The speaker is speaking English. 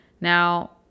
Now